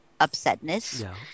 upsetness